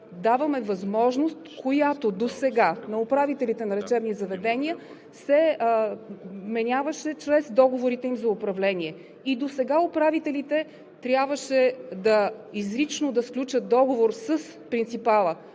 даваме възможност, която досега на управителите на лечебни заведения се вменяваше чрез договорите им за управление. И досега управителите трябваше изрично да сключат договор с принципала